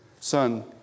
son